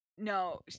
No